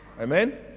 Amen